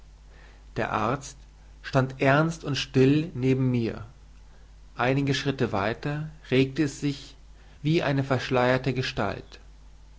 der arzt stand ernst und still neben mir einige schritte weiter regte es sich wie eine verschleierte gestalt